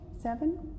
Seven